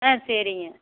ஆ சரிங்க